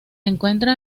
encuentran